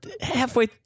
halfway